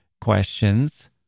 questions